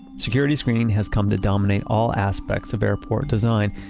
security screening has come to dominate all aspects of airport design.